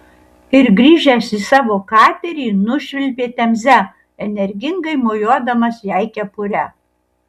ir grįžęs į savo katerį nušvilpė temze energingai mojuodamas jai kepure